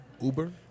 Uber